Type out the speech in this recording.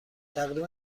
تقریبا